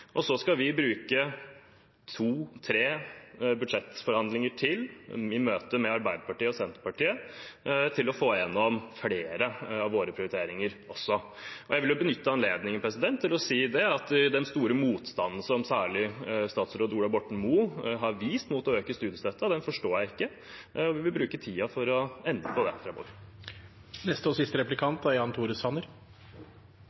Så skal vi bruke to–tre budsjettforhandlinger til, i møte med Arbeiderpartiet og Senterpartiet, til å få gjennom flere av våre prioriteringer. Jeg vil benytte anledningen til å si at den store motstanden som særlig statsråd Ola Borten Moe har vist mot å øke studiestøtten, forstår jeg ikke, og vi vil bruke tiden framover for å endre på det.